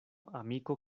amiko